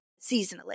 seasonally